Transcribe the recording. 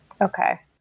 Okay